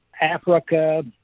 Africa